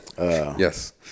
Yes